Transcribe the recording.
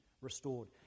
restored